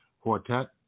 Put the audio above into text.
Quartet